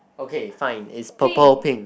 okay fine is purple pink